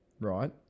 right